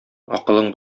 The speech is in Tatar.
акылың